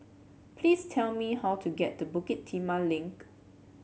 please tell me how to get to Bukit Timah Link